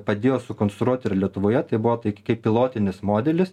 padėjo sukonstruot ir lietuvoje tai buvo tai kaip pilotinis modelis